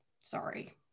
Sorry